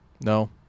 No